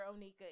onika